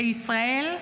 בישראל,